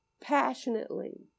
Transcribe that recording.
passionately